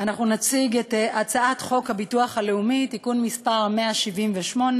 אנחנו נציג את הצעת חוק הביטוח הלאומי (תיקון מס' 178),